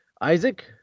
Isaac